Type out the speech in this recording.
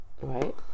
right